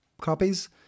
copies